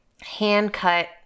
hand-cut